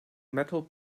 metal